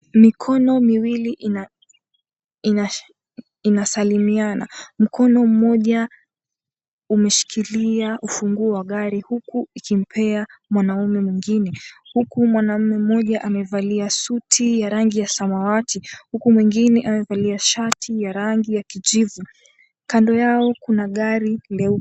Mikono miwili inasalimiana. Mkono mmoja umeshikilia ufunguo wa gari, huku ikimpea mwanaume mwingine, huku mwanaume mmoja amevalia suti ya rangi ya samawati, huku mwingine amevalia shati ya rangi ya kijivu. Kando yao kuna gari leupe.